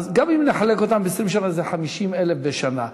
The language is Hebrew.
אז גם אם נחלק אותן ב-20 שנה, זה 50,000 בשנה.